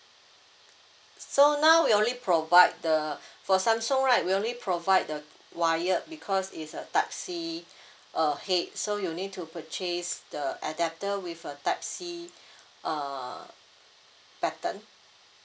so now we only provide the for samsung right we only provide the wire because it's a type C err head so you need to purchase the adapter with a type C err pattern